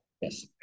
Yes